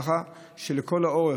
כך שלכל האורך,